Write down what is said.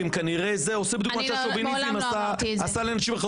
זה עושה בדיוק מה שהשוביניזם עשה להן,